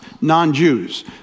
non-Jews